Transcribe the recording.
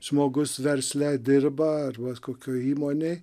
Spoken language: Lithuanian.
žmogus versle dirba ar vat kokioj įmonėj